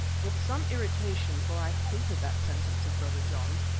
with some irritation, for i hated that sentence of brother john's,